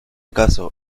caso